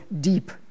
deep